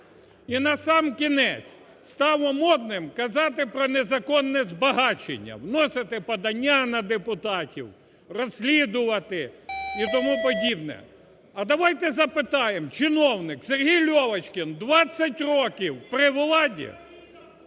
І насамкінець, стало модним казати про незаконне збагачення, вносити подання на депутатів, розслідувати і тому подібне. А давайте запитаємо: чиновник Сергій Льовочкін двадцять років при владі,